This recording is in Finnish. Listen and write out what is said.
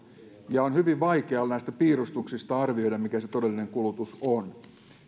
ja on hyvin vaikea näistä piirustuksista arvioida mikä se todellinen kulutus on